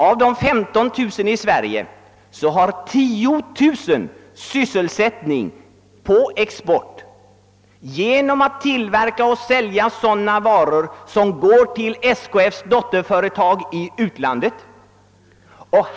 Av de 15 000 i Sverige har 10 000 sysselsättning för export genom att tillverka och sälja sådana varor, som går till SKF:s dotterföretag i utlandet.